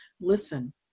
listen